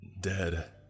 Dead